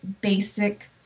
basic